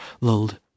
lulled